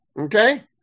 Okay